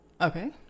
okay